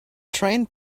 train